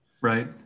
Right